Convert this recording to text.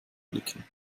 blicken